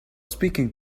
speaking